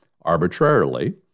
arbitrarily